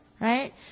right